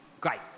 great